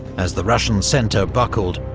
as the russian centre buckled,